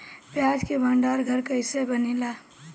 प्याज के भंडार घर कईसे बनेला?